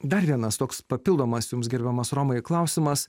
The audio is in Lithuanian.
dar vienas toks papildomas jums gerbiamas romai klausimas